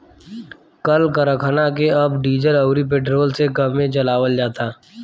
कल करखना के अब डीजल अउरी पेट्रोल से कमे चलावल जाता